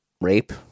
Rape